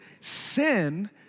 Sin